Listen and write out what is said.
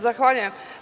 Zahvaljujem.